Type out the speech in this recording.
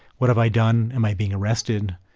what have i done? am i being arrested?